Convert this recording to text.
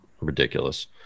ridiculous